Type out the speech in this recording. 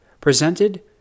presented